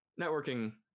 networking